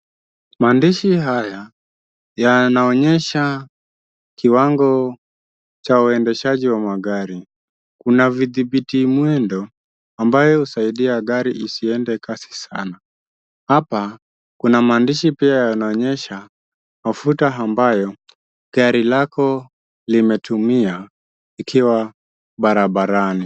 Mandishi haya yanaonyesha kiwango cha uendeshaji wa magari. Kuna vithibiti mwendo ambayo husaidia gari isiende kasi sana, Hapa kuna maandishi pia yanaonyesha mafuta ambayo gari lako limetumia likiwa barabarani.